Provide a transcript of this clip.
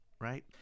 right